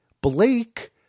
Blake